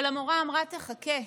אבל המורה אמרה: חכה,